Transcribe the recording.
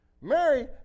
Mary